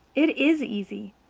it is easy.